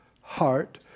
heart